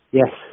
yes